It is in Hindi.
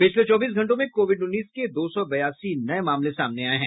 पिछले चौबीस घंटों में कोविड उन्नीस के दो सौ बयासी नये मामले सामने आये हैं